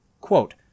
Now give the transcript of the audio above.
Quote